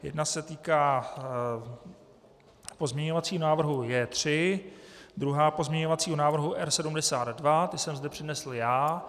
Jedna se týká pozměňovacího návrhu J3, druhá pozměňovacího návrhu R72, ty jsem zde přednesl já.